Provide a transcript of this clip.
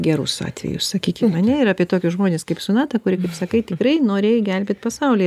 gerus atvejus sakykim ir apie tokius žmones kaip sonatą kuri kaip sakai tikrai norėjai gelbėt pasaulį